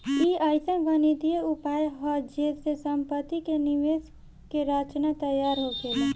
ई अइसन गणितीय उपाय हा जे से सम्पति के निवेश के रचना तैयार होखेला